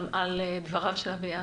על דבריו של אביעד?